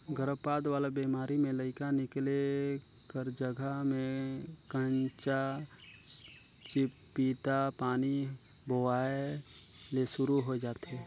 गरभपात वाला बेमारी में लइका निकले कर जघा में कंचा चिपपिता पानी बोहाए ले सुरु होय जाथे